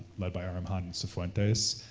led by aram han sifuentes,